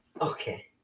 Okay